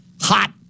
Hot